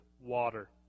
water